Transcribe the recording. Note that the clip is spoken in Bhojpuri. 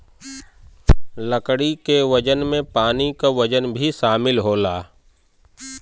लकड़ी के वजन में पानी क वजन भी शामिल होला